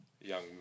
young